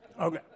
okay